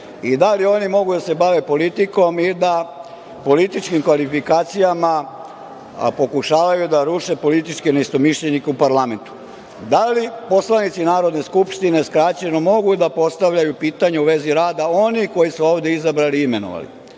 i da li oni mogu da se bave politikom i da političkim kvalifikacijama pokušavaju da ruše političke neistomišljenike u parlamentu? Da li poslanici Narodne skupštine, skraćeno, mogu da postavljaju pitanja u vezi rada onih koje su ovde izabrali i imenovali?